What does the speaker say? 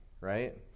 right